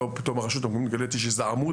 שלא יהיה מצב שפתאום הרשות המקומית תגלה איזה עמוד